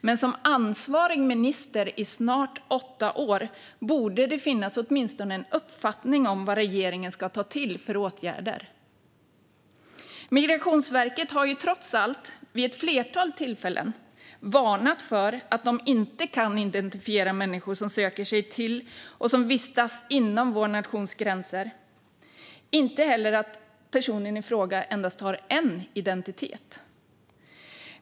Men som ansvarig minister i snart åtta år borde det finnas åtminstone en uppfattning om vad regeringen ska vidta för åtgärder. Migrationsverket har, trots allt, vid ett flertal tillfällen varnat för att man inte kan identifiera människor som söker sig till och vistas inom vår nations gränser, inte heller att personerna i fråga har endast en identitet.